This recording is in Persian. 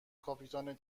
کاپیتان